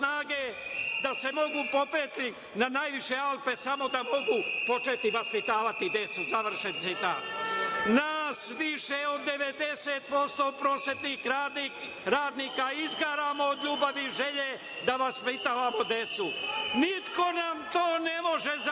da se mogu popeti na najviše Alpe samo da mogu početi vaspitavati decu“, završen citat. Nas više od 90% prosvetnih radnika izgaramo od ljubavi i želje da vaspitavamo decu. Niko nam to ne može zabraniti,